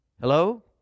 Hello